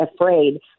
afraid